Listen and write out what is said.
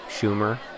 Schumer